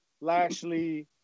Lashley